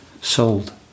sold